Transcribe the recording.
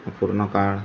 अपूर्ण काळ